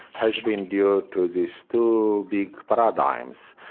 has been due to these two big but paradigms,